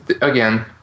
Again